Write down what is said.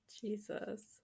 jesus